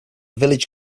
village